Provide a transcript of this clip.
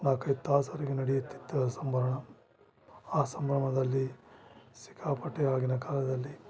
ನಾಕೈದು ತಾಸರಿಗೆ ನಡೆಯುತಿತ್ತು ಸಂಬರಮ ಆ ಸಂಭ್ರಮದಲ್ಲಿ ಸಿಕ್ಕ ಪಟ್ಟೆ ಆಗಿನ ಕಾಲದಲ್ಲಿ